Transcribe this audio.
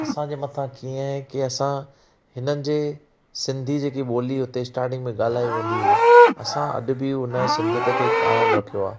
असांजे मथां कीअं कि असां हिननि जे सिंधी जेकी बोली हुते स्टार्टिंग में ॻाल्हाए वेंदी हुई असां अॼु बि हुन सिंधियत खें क़ाइम रखियो आहे